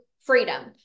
freedom